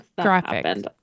graphic